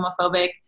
homophobic